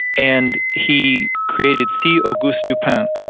and he created c. auguste dupin,